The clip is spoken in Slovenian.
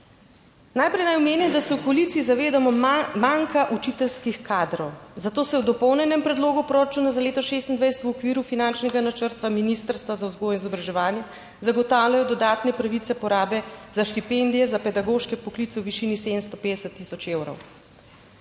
Najprej naj omenim, da se v koaliciji zavedamo manjka učiteljskih kadrov, zato se v dopolnjenem predlogu proračuna za leto 2026 v okviru finančnega načrta Ministrstva za vzgojo in izobraževanje zagotavljajo dodatne pravice porabe za štipendije za pedagoške poklice v višini 750 tisoč evrov.